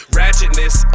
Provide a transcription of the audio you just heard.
ratchetness